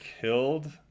killed